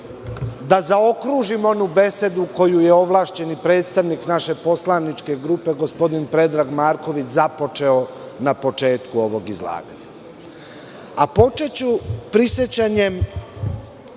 da zaokružim onu besedu koju je ovlašćeni predstavnik naše poslaničke grupe, gospodin Predrag Marković, započeo na početku ovog izlaganja. Počeću prisećanjem